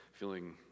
feeling